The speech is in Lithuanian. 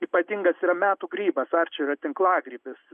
ypatingas yra metų grybas arčerio tinklagrybis